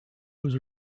was